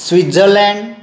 Switzerland